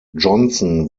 johnson